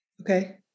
Okay